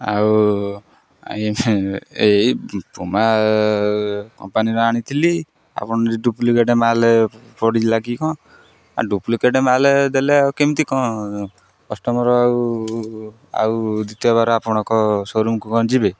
ଆଉ ଏଇ ପୁମା କମ୍ପାନୀର ଆଣିଥିଲି ଆପଣ ଡୁପ୍ଲିକେଟ୍ ମାଲ୍ ପଡ଼ିଥିଲା କି କ'ଣ ଡୁପ୍ଲିକେଟ୍ ମାଲ୍ ଦେଲେ ଆଉ କେମିତି କ'ଣ କଷ୍ଟମର ଆଉ ଆଉ ଦ୍ଵିତୀୟ ବାର ଆପଣଙ୍କ ସୋରୁମ୍କୁ କ'ଣ ଯିବେ